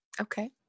Okay